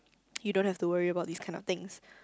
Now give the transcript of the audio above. you don't have to worry about these kind of things